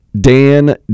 Dan